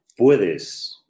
Puedes